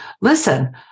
listen